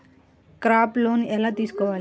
Crop loan ఎలా తీసుకోవాలి?